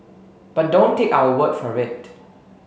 but don't take our word for it